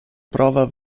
prova